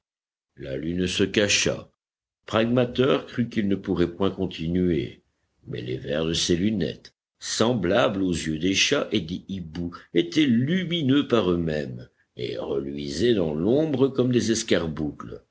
la lune se cacha pragmater crut qu'il ne pourrait point continuer mais les verres de ses lunettes semblables aux yeux des chats et des hiboux étaient lumineux par eux-mêmes et reluisaient dans l'ombre comme des